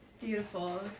beautiful